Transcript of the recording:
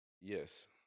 Yes